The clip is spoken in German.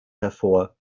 hervor